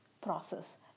process